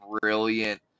brilliant